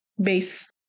base